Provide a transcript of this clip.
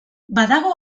badago